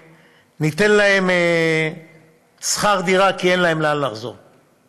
וניתן להם שכר דירה, כי אין להם לאן לחזור.